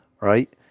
right